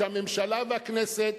שהממשלה והכנסת,